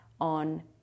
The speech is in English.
on